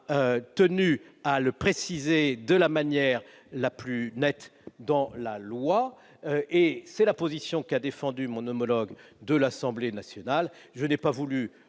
tenu à le préciser de la manière la plus nette qui soit dans la loi. C'est la position qu'a défendue mon homologue de l'Assemblée nationale. Je n'ai pas voulu